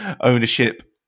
ownership